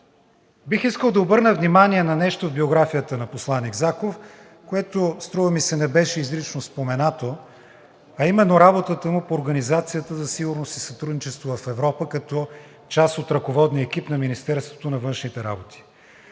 Бих искал да обърна внимание на нещо в биографията на посланик Заков, което, струва ми се, не беше изрично споменато, а именно работата му по Организацията за сигурност и сътрудничество в Европа като част от ръководния екип на Министерството на външните работи.